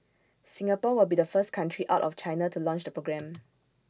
Singapore will be the first country out of China to launch the programme